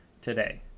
today